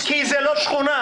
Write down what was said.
כי זאת לא שכונה.